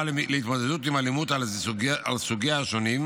להתמודדות עם אלימות על סוגיה השונים,